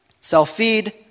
Self-feed